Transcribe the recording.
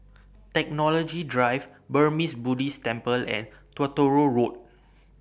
Technology Drive Burmese Buddhist Temple and Truro Road